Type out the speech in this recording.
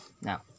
now